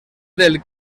del